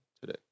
today